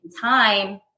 time